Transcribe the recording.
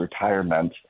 retirement